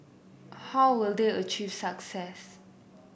how will they achieve success